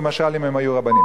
למשל אם הם היו רבנים.